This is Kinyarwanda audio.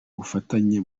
bufatanye